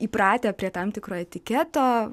įpratę prie tam tikro etiketo